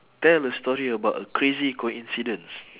tell a story about a crazy coincidence